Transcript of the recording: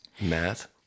Math